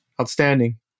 Outstanding